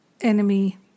enemy